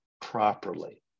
properly